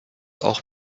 auch